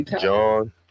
John